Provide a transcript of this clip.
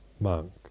monk